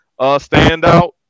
standout